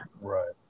Right